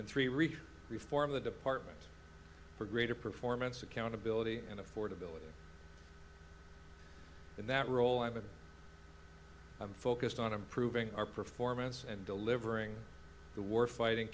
and three reach reform the department for greater performance accountability and affordability in that role i mean i'm focused on improving our performance and delivering the war fighting